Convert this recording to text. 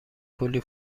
کلی